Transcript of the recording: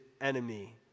enemy